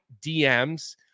DMS